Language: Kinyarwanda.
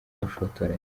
bushotoranyi